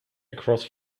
across